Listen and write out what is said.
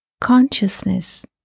consciousness